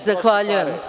Zahvaljujem.